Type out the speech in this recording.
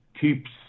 keeps